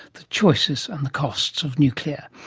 the choices and the costs of nuclear.